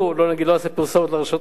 לא נעשה פרסומת לרשתות,